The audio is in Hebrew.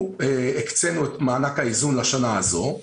הקצינו את מענק האיזון לשנה הזאת,